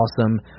awesome